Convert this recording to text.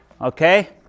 Okay